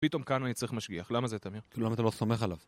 פתאום כאן הוא היה צריך משגיח, למה זה, תמיר? כי למה אתה לא סומך עליו?